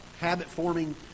habit-forming